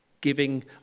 giving